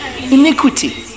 iniquity